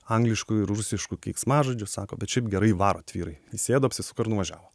angliškų ir rusiškų keiksmažodžių sako bet šiaip gerai varot vyrai įsėdo apsisuko ir nuvažiavo